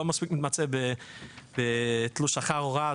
מספיק מתמצא בתלוש שכר הוראה,